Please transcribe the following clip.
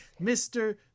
Mr